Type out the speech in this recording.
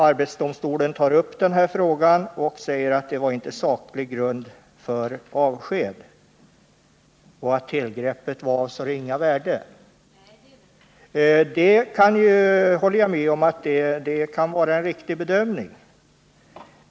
Arbetsdomstolen tar upp denna fråga och säger att det var inte saklig grund för avsked — tillgreppet gällde något av ringa värde — och jag håller med om att det kan vara en riktig bedömning.